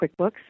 QuickBooks